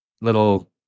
little